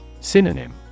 Synonym